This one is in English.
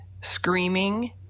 screaming